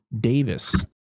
Davis